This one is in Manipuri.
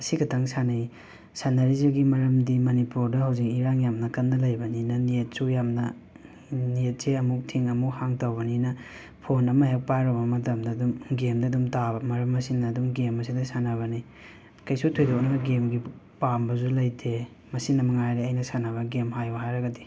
ꯑꯁꯤ ꯈꯇꯪ ꯁꯥꯟꯅꯩ ꯁꯥꯟꯅꯔꯤꯖꯤꯒꯤ ꯃꯔꯝꯗꯤ ꯃꯅꯤꯄꯨꯔꯗ ꯍꯧꯖꯤꯛ ꯏꯔꯥꯡ ꯌꯥꯝ ꯀꯟꯅ ꯂꯩꯕꯅꯤꯅ ꯅꯦꯠꯁꯨ ꯌꯥꯝꯅ ꯅꯦꯠꯁꯦ ꯑꯃꯨꯛ ꯊꯤꯡ ꯑꯃꯨꯛ ꯍꯥꯡ ꯇꯧꯕꯅꯤꯅ ꯐꯣꯟ ꯑꯃ ꯍꯦꯛ ꯄꯥꯏꯔꯨꯕ ꯃꯇꯝꯗ ꯑꯗꯨꯝ ꯒꯦꯝꯗ ꯑꯗꯨꯝ ꯇꯥꯕ ꯃꯔꯝ ꯑꯁꯤꯅ ꯑꯗꯨꯝ ꯒꯦꯝ ꯑꯁꯤꯗ ꯁꯥꯟꯅꯕꯅꯤ ꯀꯩꯁꯨ ꯊꯣꯏꯗꯣꯛꯅ ꯒꯦꯝꯒꯤ ꯄꯥꯝꯕꯖꯨ ꯂꯩꯇꯦ ꯃꯁꯤꯃꯉꯥꯏꯔꯦ ꯑꯩꯅ ꯁꯥꯟꯅꯕ ꯒꯦꯝ ꯍꯥꯏꯌꯣ ꯍꯥꯏꯔꯒꯗꯤ